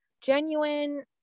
genuine